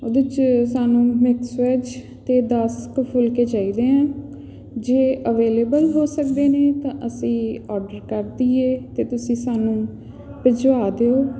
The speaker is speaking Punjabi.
ਉਹਦੇ 'ਚ ਸਾਨੂੰ ਮਿਕਸ ਵੈੱਜ ਅਤੇ ਦਸ ਕੁ ਫੁਲਕੇ ਚਾਹੀਦੇ ਆ ਜੇ ਅਵੇਲੇਵਲ ਹੋ ਸਕਦੇ ਨੇ ਤਾਂ ਅਸੀਂ ਅੋਡਰ ਕਰ ਦੇਈਏ ਅਤੇ ਤੁਸੀਂ ਸਾਨੂੰ ਭਿਜਵਾ ਦਿਓ